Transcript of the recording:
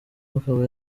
akaba